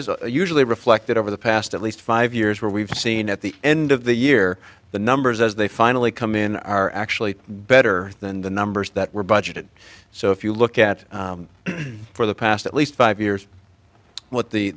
is usually reflected over the past at least five years where we've seen at the end of the year the numbers as they finally come in are actually better than the numbers that were budgeted so if you look at for the past at least five years what the